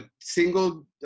single